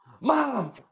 mom